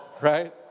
right